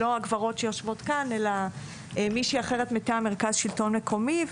לא הגברות שיושבות כאן אלא מישהי אחרת מטעם מרכז שלטון מקומי,